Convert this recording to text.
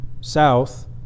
south